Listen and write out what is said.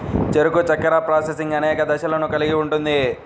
చెరకు చక్కెర ప్రాసెసింగ్ అనేక దశలను కలిగి ఉంటుంది